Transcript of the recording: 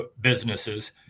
businesses